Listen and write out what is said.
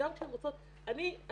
וגם כשהן רוצות אני למשל,